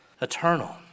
eternal